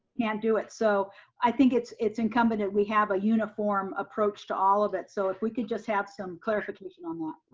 can do it. so i think it's it's incumbent that we have a uniform approach to all of it. so if we could just have some clarification on that.